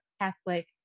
Catholic